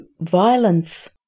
violence